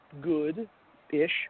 good-ish